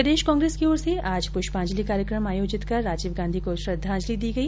प्रदेश Congress की ओर से आज प्रष्पाजंलि कार्यक्रम आयोजित कर राजीवगांधी को श्रद्वाजंलि दी गई